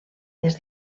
des